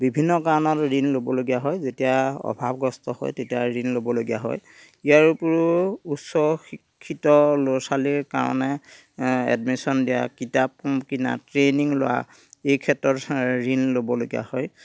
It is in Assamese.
বিভিন্ন কাৰণত ঋণ ল'বলগীয়া হয় যেতিয়া অভাৱগ্ৰস্ত হয় তেতিয়া ঋণ ল'বলগীয়া হয় ইয়াৰ উপৰিও উচ্চ শিক্ষিত ল'ৰা ছোৱালীৰ কাৰণে এডমিশ্যন দিয়া কিতাপ কিনা ট্ৰেইনিং লোৱা এইক্ষেত্ৰত ঋণ ল'বলগীয়া হয়